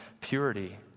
purity